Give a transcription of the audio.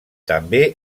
també